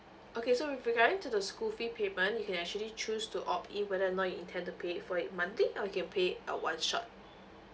okay so with regarding to the school fee payment you can actually choose to opt in whether or not you intend to pay it for it monthly or you can pay it uh one shot